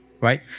right